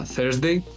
Thursday